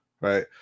right